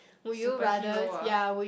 superhero ah